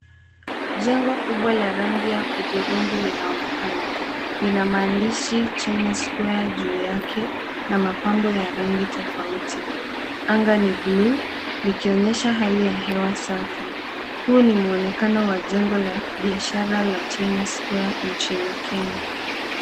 Jengo kubwa la rangi ya hudhurungi linaonekana. Lina maandishi China Square juu yake na mapambo ya rangi tofauti. Anga ni buluu likionyesha hali ya hewa safi. Huu ni mwonekano wa jengo la biashara la China Square nchini Kenya.